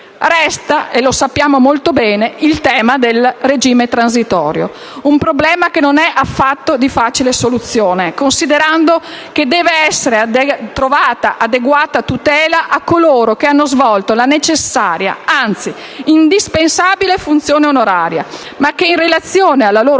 Resta - e lo sappiamo molto bene - il tema del regime transitorio: un problema di non facile soluzione, considerando che devono trovare adeguata tutela coloro che hanno svolto la necessaria, anzi, indispensabile funzione onoraria ma che, in relazione alla loro